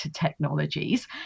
technologies